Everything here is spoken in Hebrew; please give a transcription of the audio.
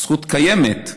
זכות קיימת,